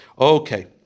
Okay